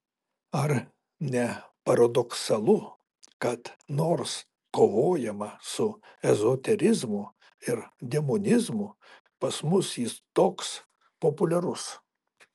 ar ne paradoksalu kad nors kovojama su ezoterizmu ir demonizmu pas mus jis toks populiarus